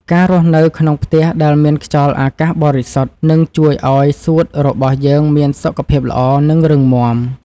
ការរស់នៅក្នុងផ្ទះដែលមានខ្យល់អាកាសបរិសុទ្ធនឹងជួយឱ្យសួតរបស់យើងមានសុខភាពល្អ និងរឹងមាំ។